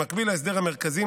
במקביל להסדר המרכזי,